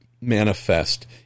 manifest